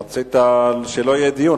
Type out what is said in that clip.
רצית שלא יהיה דיון,